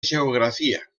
geografia